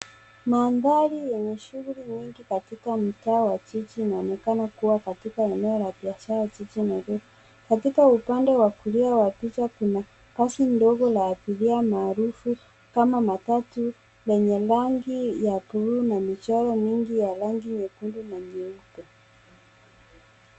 Magari yenye shughuli mingi katika mtaa wa jiji linaonekana kuwa katika eneo la biashara jiji Nairobi. Katika upande wa kulia wa picha kuna basi ndogo la abiria maarufu kama matatu, yenye rangi ya buluu na michoro mingi yenye rangi nyekundu na nyeupe.